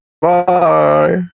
Bye